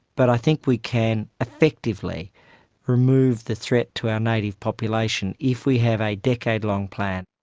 but i think we can effectively remove the threat to our native population if we have a decade-long plan.